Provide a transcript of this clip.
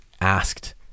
asked